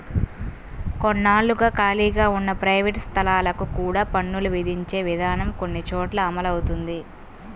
కొన్నాళ్లుగా ఖాళీగా ఉన్న ప్రైవేట్ స్థలాలకు కూడా పన్నులు విధించే విధానం కొన్ని చోట్ల అమలవుతోంది